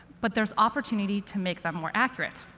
but there's opportunity to make them more accurate.